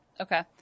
Okay